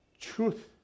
Truth